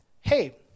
hey